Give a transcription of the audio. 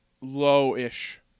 low-ish